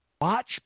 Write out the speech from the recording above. watch